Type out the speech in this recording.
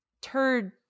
turd